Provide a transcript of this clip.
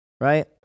right